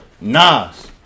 Nas